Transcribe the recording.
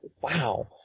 wow